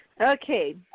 Okay